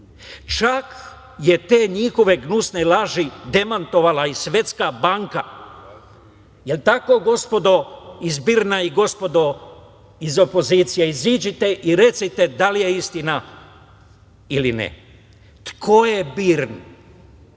čak je te njihove gnusne laži demantovala i Svetska banka. Je li tako, gospodo iz BIRN-a i gospodo iz opozicije? Iziđite i recite da li je istina ili ne. Ko je BIRN